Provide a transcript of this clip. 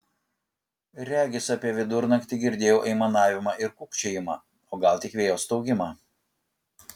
regis apie vidurnaktį girdėjau aimanavimą ir kūkčiojimą o gal tik vėjo staugimą